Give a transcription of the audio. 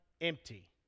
empty